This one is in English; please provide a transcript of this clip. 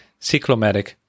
cyclomatic